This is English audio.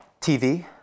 TV